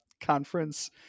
conference